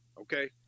okay